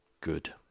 Good